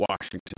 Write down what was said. Washington